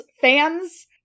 fans